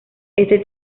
este